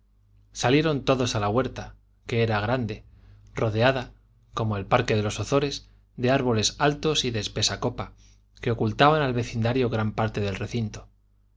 salieron todos a la huerta que era grande rodeada como el parque de los ozores de árboles altos y de espesa copa que ocultaban al vecindario gran parte del recinto